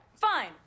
fine